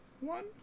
one